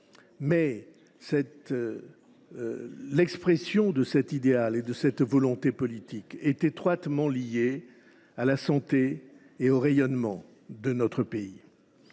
L’expression de cet idéal et de cette volonté politique est étroitement liée à la santé et au rayonnement de notre pays.